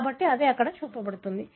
కాబట్టి అదే ఇక్కడ చూపబడింది